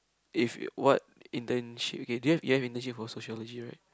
if what internship okay do you do you have internship for sociology right